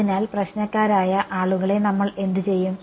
അതിനാൽ പ്രശ്നക്കാരായ ആളുകളെ നമ്മൾ എന്തുചെയ്യും